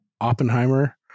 Oppenheimer